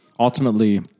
Ultimately